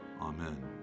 Amen